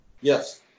Yes